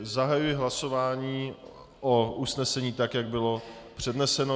Zahajuji hlasování o usnesení, tak jak bylo předneseno.